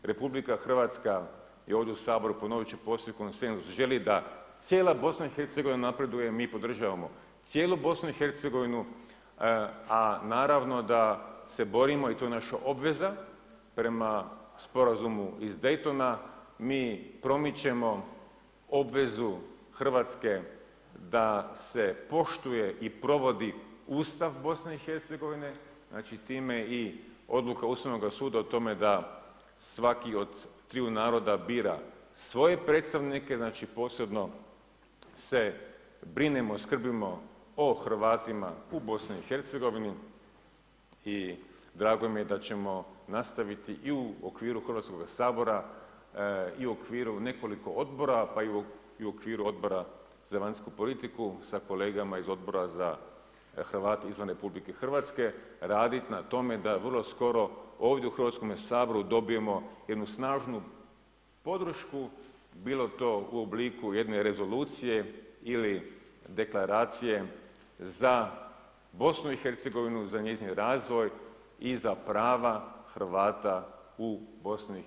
RH je ovdje u Saboru, ponovit ću, postigla konsenzus, želi da cijela BiH napreduje i mi podržavamo cijelu BiH, a naravno da se borimo i to je naša obveza prema sporazumu iz Daytona, mi promičemo obvezu Hrvatske da se poštuje i provodi Ustav BiH, time i odluka Ustavnoga suda o tome da svaki od triju naroda bira svoje predstavnike, znači posebno se brinemo, skrbima o Hrvatima u BiH i drago mi je da ćemo nastaviti i u okviru Hrvatskoga sabora i u okviru nekoliko odbora, pa i u okviru Odbora za vanjsku politiku sa kolegama iz Odbora za Hrvate izvan RH raditi na tome da vrlo skoro ovdje u Hrvatskome saboru dobijemo jednu snažnu podršku bilo to u obliku jedne rezolucije ili deklaracije za BiH, za njen razvoj i za prava Hrvata u BiH.